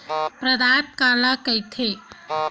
प्रदाता काला कइथे?